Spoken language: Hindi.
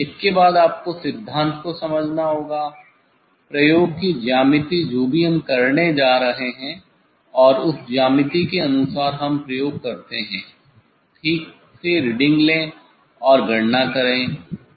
उसके बाद आपको सिद्धांत को समझना होगा प्रयोग की ज्यामिति जो भी हम करने जा रहे हैं और उस ज्यामिति के अनुसार हम प्रयोग करते हैं ठीक से रीडिंग लें और गणना करें